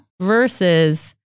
versus